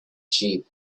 sheep